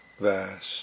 vast